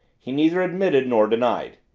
he neither admitted nor denied.